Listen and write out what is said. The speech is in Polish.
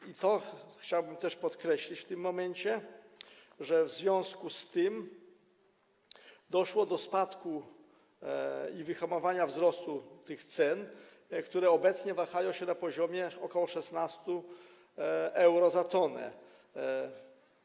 I to chciałbym też podkreślić w tym momencie, że w związku z tym doszło do spadku i wyhamowania wzrostu tych cen, które obecnie wahają się na poziomie aż ok. 16 euro za 1 t.